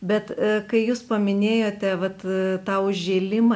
bet kai jūs paminėjote vat tą užžėlimą